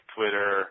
Twitter